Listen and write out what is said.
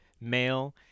male